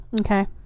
Okay